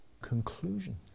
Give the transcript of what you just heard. conclusion